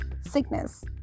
sickness